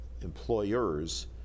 employers